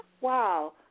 Wow